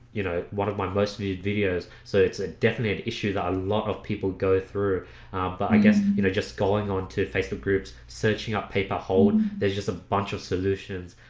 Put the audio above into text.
you know one of my most viewed videos so it's a definite issue that a lot of people go through but i guess you know just going on to facebook groups searching up paper whole there's just a bunch of solutions